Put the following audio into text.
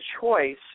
choice